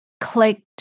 clicked